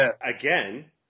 Again